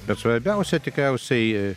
bet svarbiausia tikriausiai